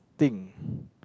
thing